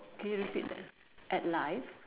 can you repeat that at life